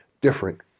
different